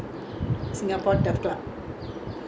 mmhmm not kandang kerbau